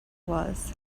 was